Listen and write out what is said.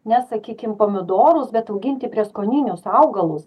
ne sakykim pomidorus bet auginti prieskoninius augalus